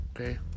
Okay